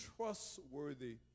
trustworthy